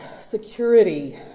security